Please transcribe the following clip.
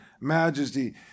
majesty